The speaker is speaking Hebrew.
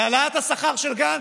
להעלאת השכר של גנץ?